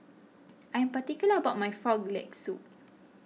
I am particular about my Frog Leg Soup